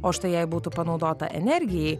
o štai jei būtų panaudota energijai